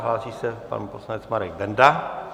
Hlásí se pan poslanec Marek Benda.